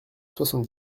soixante